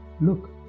Look